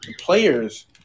players